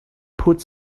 put